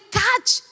catch